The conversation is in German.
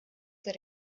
der